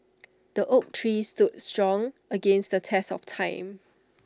the oak tree stood strong against the test of time